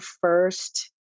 first